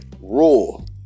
rule